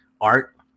art